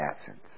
essence